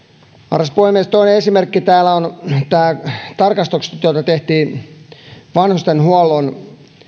arvoisa puhemies toinen esimerkki täällä on tämä että tarkastustyötä tehtiin vanhustenhuollon